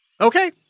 Okay